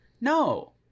No